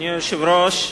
אדוני היושב-ראש.